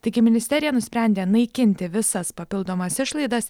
taigi ministerija nusprendė naikinti visas papildomas išlaidas